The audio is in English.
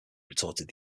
retorted